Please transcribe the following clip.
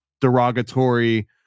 derogatory